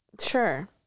Sure